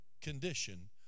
condition